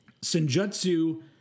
Senjutsu